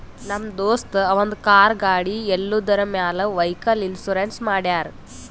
ನಮ್ ದೋಸ್ತ ಅವಂದ್ ಕಾರ್, ಗಾಡಿ ಎಲ್ಲದುರ್ ಮ್ಯಾಲ್ ವೈಕಲ್ ಇನ್ಸೂರೆನ್ಸ್ ಮಾಡ್ಯಾರ್